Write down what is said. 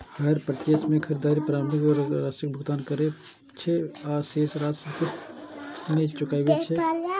hire purchase मे खरीदार प्रारंभिक राशिक भुगतान करै छै आ शेष राशि किस्त मे चुकाबै छै